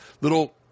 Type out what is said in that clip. little